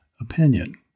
opinion